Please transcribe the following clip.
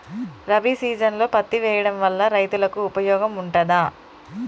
రబీ సీజన్లో పత్తి వేయడం వల్ల రైతులకు ఉపయోగం ఉంటదా?